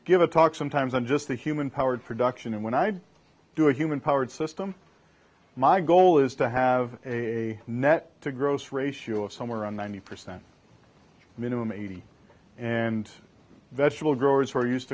give a talk sometimes i'm just a human powered production and when i do a human powered system my goal is to have a net to gross ratio of somewhere around ninety percent minimum eighty and vegetable growers who are used